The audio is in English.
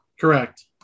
Correct